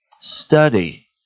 study